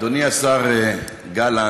אדוני השר גלנט,